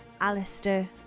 Alistair